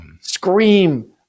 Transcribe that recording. scream